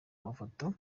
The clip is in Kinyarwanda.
mafoto